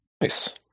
nice